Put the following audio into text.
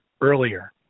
earlier